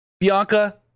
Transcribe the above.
Bianca